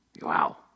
Wow